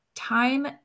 Time